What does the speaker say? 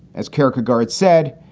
as kierkegaard said,